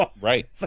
right